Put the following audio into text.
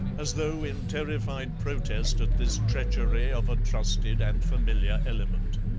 as though in terrified protest at this treachery of a trusted and familiar element.